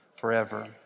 Forever